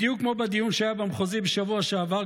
בדיוק כמו בדיון שהיה במחוזי בשבוע שעבר,